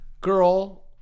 Girl